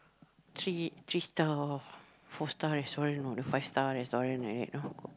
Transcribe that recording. three three star or four star restaurant or the five star restaurant right